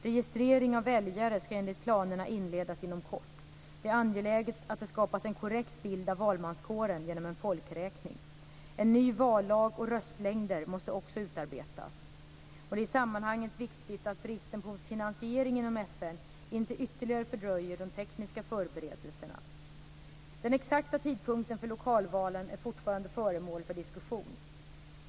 Registrering av väljare ska enligt planerna inledas inom kort. Det är angeläget att det skapas en korrekt bild av valmanskåren genom en folkräkning. En ny vallag och röstlängder måste också utarbetas. Det är i sammanhanget viktigt att bristen på finansiering inom FN inte ytterligare fördröjer de tekniska förberedelserna. Den exakta tidpunkten för lokalvalen är fortfarande föremål för diskussion.